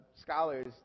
scholars